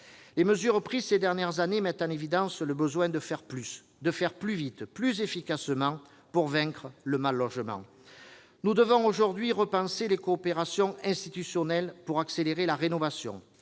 Les mesures prises ces dernières années mettent en évidence le besoin de faire plus, plus vite, plus efficacement pour vaincre le mal-logement. Nous devons aujourd'hui repenser les coopérations institutionnelles pour accélérer la rénovation,